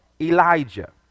Elijah